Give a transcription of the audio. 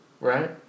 right